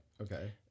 Okay